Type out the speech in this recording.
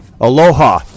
Aloha